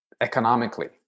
economically